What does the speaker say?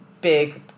big